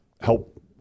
help